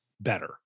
better